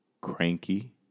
cranky